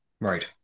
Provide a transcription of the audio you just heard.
Right